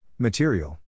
Material